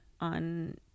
on